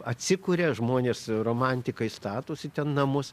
atsikuria žmonės romantikai statosi namus